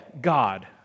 God